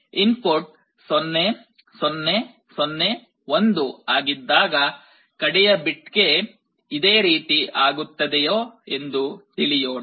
input 0 0 0 1 ಆಗಿದ್ದಾಗ ಕಡೆಯ bit ಗೆ ಇದೇ ರೀತಿ ಆಗುತ್ತದೆಯೋ ಎಂದು ತಿಳಿಯೋಣ